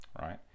right